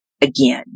again